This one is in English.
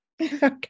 Okay